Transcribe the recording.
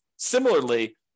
Similarly